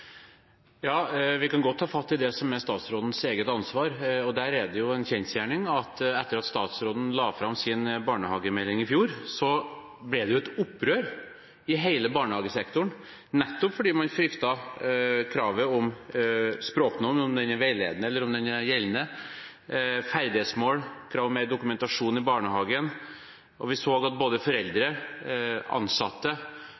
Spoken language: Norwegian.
Vi kan godt ta fatt i det som er statsrådens eget ansvar. Det er en kjensgjerning at etter at statsråden la fram sin barnehagemelding i fjor, ble det et opprør i hele barnehagesektoren, nettopp fordi man fryktet kravet om språknorm – veiledende eller gjeldende – ferdighetsmål, krav om mer dokumentasjon i barnehagen, og vi så at både